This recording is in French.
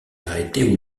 arrêter